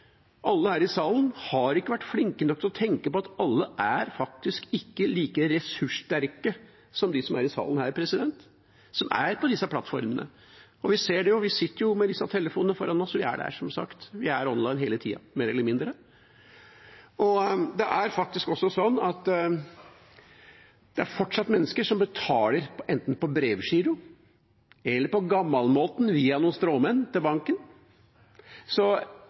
alle er like ressurssterke som dem som er i salen her, og som er på disse plattformene. Vi sitter jo med disse telefonene foran oss, vi er online hele tiden – mer eller mindre. Det er faktisk også sånn at det fortsatt er mennesker som betaler enten med brevgiro eller på gamlemåten via noen stråmenn til banken.